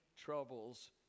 troubles